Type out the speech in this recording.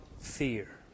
fear